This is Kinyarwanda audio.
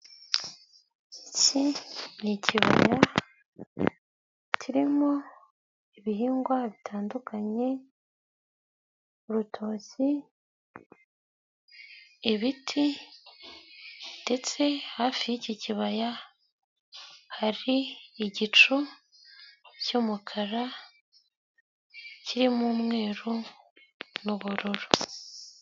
Iki ni ikibaya kirimo ibihingwa bitandukanye, urutoki, ibiti, ndetse hafi y'iki kibaya hari igicu cyumukara kirimo umweru n'ubururu.